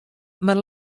mar